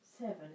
Seven